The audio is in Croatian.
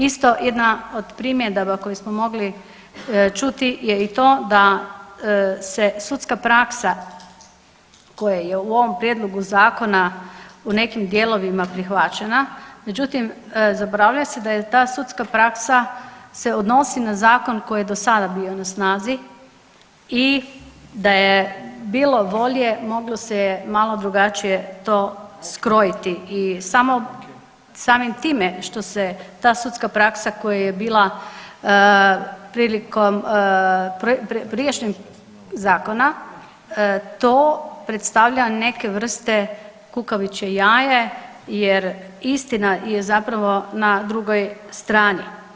Isto jedna od primjedaba koje smo mogli čuti je i to da se sudska praksa koja je u ovom Prijedlogu zakona u nekim dijelima prihvaćena, međutim, zaboravlja se da je ta sudska praksa se odnosi na zakon koji je do sada bio na snazi i da je bilo volje, moglo se je malo drugačije to skrojiti i samo, samim time što se ta sudska praksa koja je bila prilikom prijašnjeg zakona, to predstavlja neke vrste kukavičje jaje jer istina je zapravo na drugoj strani.